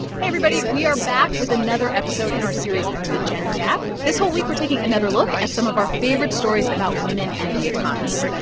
hey, everybody. we are back with another episode in our series the gender gap. this whole week, we're taking another look at some of our favorite stories about women and the economy.